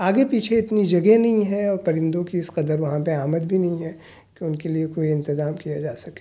آگے پیچھے اتنی جگہ نہیں ہے اور پرندوں کی اس قدر وہاں پہ آمد بھی نہیں ہے کہ ان کے لیے کوئی انتظام کیا جا سکے